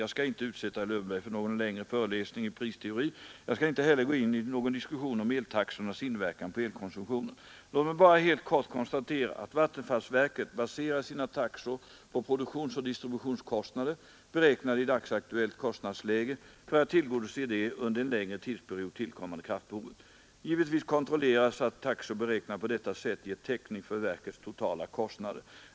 Jag skall inte utsätta herr Lövenborg för någon längre föreläsning i pristeori. Jag skall inte heller gå in i någon diskussion om eltaxornas inverkan på elkonsumtionen. Låt mig bara helt kort konstatera att vattenfallsverket baserar sina taxor på produktionsoch distributionskostnader — beräknade i dagsaktuellt kostnadsläge — för att tillgodose det under en längre tidsperiod tillkommande kraftbehovet. Givetvis kontrolleras att taxor beräknade på detta sätt ger täckning för verkets totala kostnader.